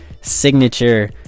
signature